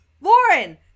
Lauren